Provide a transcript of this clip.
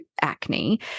acne